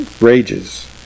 rages